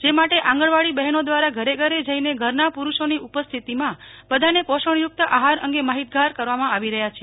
જે માટે આંગણવાડી બેહોન દ્વારા ઘરે ઘરે જઈને ઘરના પુરૂષોની ઉપસ્થિતિમાં બધાને પોષણયુક્ત આહાર અંગે માહિતગાર કરવામાં આવી રહ્યા છે